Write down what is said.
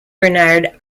bernard